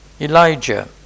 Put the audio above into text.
Elijah